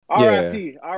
RIP